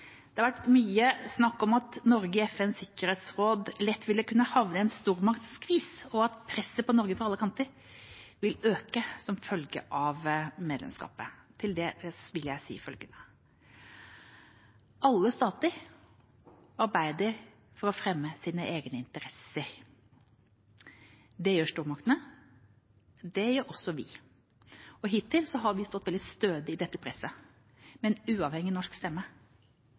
Det har vært mye snakk om at Norge i FNs Sikkerhetsråd lett vil kunne havne i en stormaktskvis, og at presset på Norge – fra alle kanter – vil øke som følge av medlemskapet. Til det vil jeg si følgende: Alle stater arbeider for å fremme sine egne interesser. Det gjør stormaktene, og det gjør også vi. Hittil har vi stått veldig stødig i dette presset – med en uavhengig norsk stemme